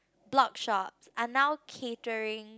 blog shops are now catering